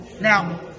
Now